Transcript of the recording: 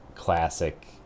classic